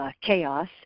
chaos